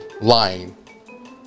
lying